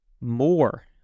more